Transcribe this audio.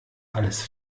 alles